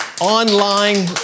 online